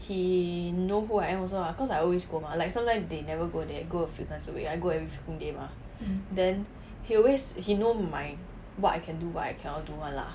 he know who I am also ah cause I always go mah like sometimes they never go there go fitness away I go every freaking day mah then he always he know what I can do what I cannot do ah